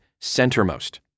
centermost